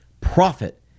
Profit